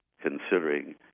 considering